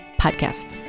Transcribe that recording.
podcast